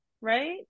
right